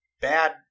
bad